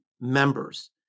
members